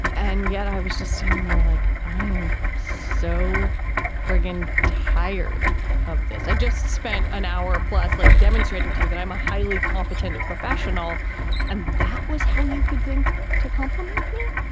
and yet i was just standing there like, i am so friggin tired of this. i just spent an hour plus like demonstrating to you that i'm a highly competent professional and that was how you could think to compliment me.